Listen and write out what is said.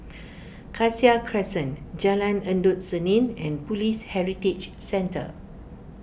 Cassia Crescent Jalan Endut Senin and Police Heritage Centre